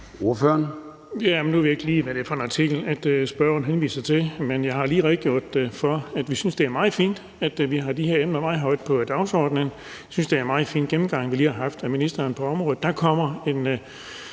Nu ved jeg ikke lige, hvad det er for en artikel, spørgeren henviser til, men jeg har lige redegjort for, at vi synes, at det er meget fint, at vi har de her emner meget højt på dagsordenen. Jeg synes, at det er en meget fin gennemgang, vi lige har haft af ministeren på området. Der kommer en